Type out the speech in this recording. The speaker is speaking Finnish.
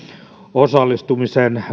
osallistumisen